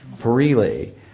freely